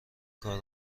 کار